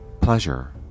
pleasure